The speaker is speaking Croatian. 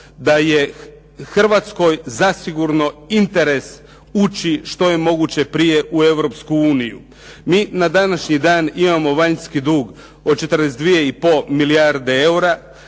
da je Hrvatskoj zasigurno interes ući što je moguće prije u Europsku uniju. Mi na današnji dan imamo vanjski dug od 42 i pol milijarde eura.